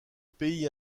pays